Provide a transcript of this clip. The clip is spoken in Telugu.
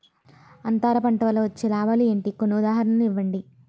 అంతర పంట వల్ల వచ్చే లాభాలు ఏంటి? కొన్ని ఉదాహరణలు ఇవ్వండి?